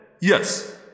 Yes